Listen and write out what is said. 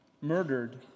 murdered